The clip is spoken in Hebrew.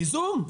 בזום?